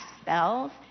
spells